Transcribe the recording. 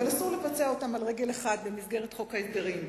אבל אסור לבצע אותן על רגל אחת במסגרת חוק ההסדרים.